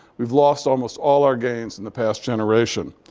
we've lost almost all our gains in the past generation.